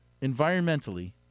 environmentally